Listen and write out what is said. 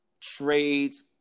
trades